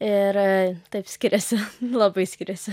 ir taip skiriasi labai skiriasi